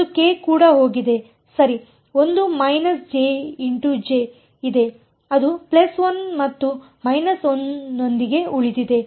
ಒಂದು k ಕೂಡ ಹೋಗಿದೆ ಸರಿ ಒಂದು − j × j ಇದೆ ಅದು 1 ಮತ್ತು −1 ನೊಂದಿಗೆ ಉಳಿದಿದೆ